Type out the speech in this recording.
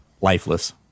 lifeless